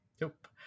Nope